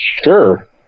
Sure